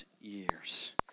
years